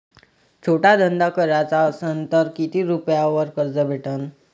छोटा धंदा कराचा असन तर किती रुप्यावर कर्ज भेटन?